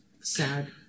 Sad